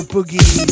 Boogie